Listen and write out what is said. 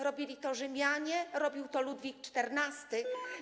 Robili to Rzymianie, robił to Ludwik XIV.